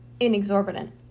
inexorbitant